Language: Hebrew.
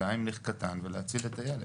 זה הימליך קטן ולהציל את הילד,